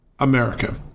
America